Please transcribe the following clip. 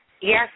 Yes